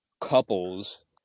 couples